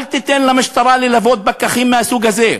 אל תיתן למשטרה ללוות פקחים מהסוג הזה,